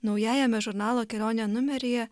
naujajame žurnalo kelionė numeryje